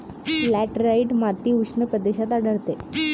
laterite माती उष्ण प्रदेशात आढळते